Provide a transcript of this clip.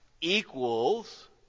equals